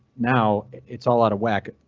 now it's all out of wack,